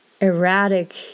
erratic